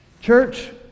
Church